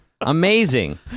Amazing